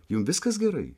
jum viskas gerai